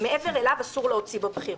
שמעבר אליו אסור להוציא בבחירות.